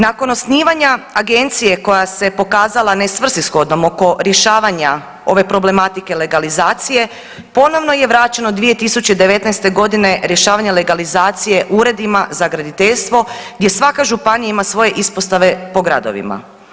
Nakon osnivanja agencije koja se pokazala nesvrsishodnom oko rješavanja ove problematike legalizacije ponovno je vraćeno 2019.g. rješavanje legalizacije uredima za graditeljstvo gdje svaka županija ima svoje ispostave po gradovima.